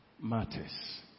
matters